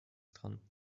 dran